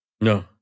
No